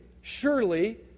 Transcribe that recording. surely